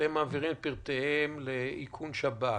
ואתם מעבירים את פרטיהם לאיכון שב"כ,